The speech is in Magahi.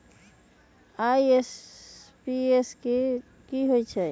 आई.एम.पी.एस की होईछइ?